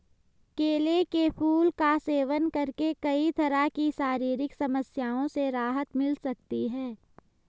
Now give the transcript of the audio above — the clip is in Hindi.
केले के फूल का सेवन करके कई तरह की शारीरिक समस्याओं से राहत मिल सकती है